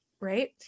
Right